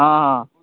हं